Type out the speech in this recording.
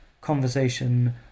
conversation